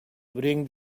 bring